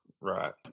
Right